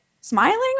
smiling